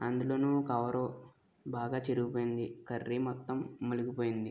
అందులోనూ కవరు బాగా చిరిగి పోయింది కర్రీ మొత్తం ములిగి పోయింది